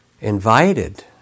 invited